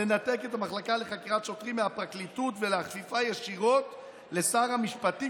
לנתק את המחלקה לחקירת שוטרים מהפרקליטות ולהכפיפה ישירות לשר המשפטים,